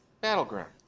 battleground